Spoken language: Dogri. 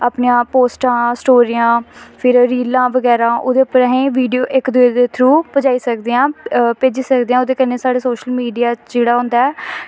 अपनियां पोस्टां स्टोरियां फिर रीलां बगैरा ओह्दे पर अस वीडियो इक दुए दे थ्रू पजाई सकदे आं भेजी सकदे आं ओह्दे कन्नै साढ़े सोशल मीडिया जेह्ड़ा होंदा ऐ